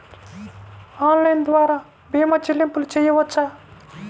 Online ద్వార భీమా చెల్లింపులు చేయవచ్చా?